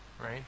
Right